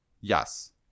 yes